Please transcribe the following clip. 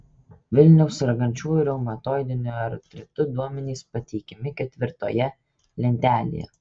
vilniaus sergančiųjų reumatoidiniu artritu duomenys pateikiami ketvirtoje lentelėje